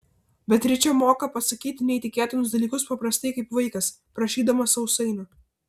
beatričė moka pasakyti neįtikėtinus dalykus paprastai kaip vaikas prašydamas sausainio